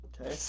Okay